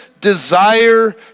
desire